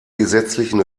gesetzlichen